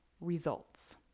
results